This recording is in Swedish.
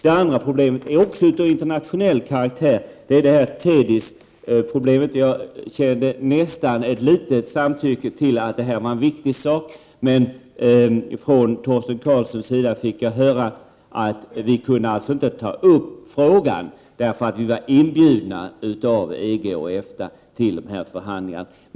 Det andra problemet har också internationell karaktär, det s.k. TEDIS programmet. Jag kände nästan ett samtycke om att detta är en viktig sak, men från Torsten Karlsson fick jag sedan höra att vi inte kunde ta upp frågan därför att vi var inbjudna till förhandlingar av EG och EFTA.